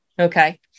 Okay